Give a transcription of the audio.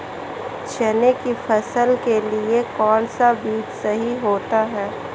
चने की फसल के लिए कौनसा बीज सही होता है?